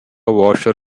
washer